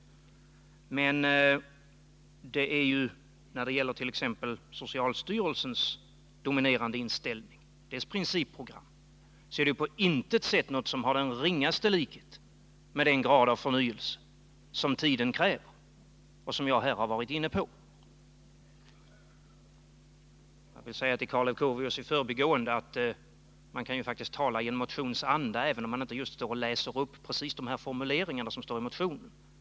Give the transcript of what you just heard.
Men när det gäller t.ex. socialstyrelsens dominerande inställning, dess principprogram, finner man ingenting som har den ringaste likhet med den grad av förnyelse som tiden kräver och som jag har varit inne på. Jag vill säga i förbigående till Karl Leuchovius att man kan faktiskt tala i en motions anda, även om man inte läser upp precis de formuleringar som finns i motionen.